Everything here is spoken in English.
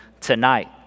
tonight